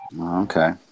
Okay